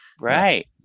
right